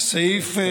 משאר הדברים שיש שם.